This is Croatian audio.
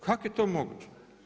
Kako je to moguće?